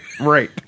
Right